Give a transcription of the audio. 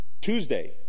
Tuesday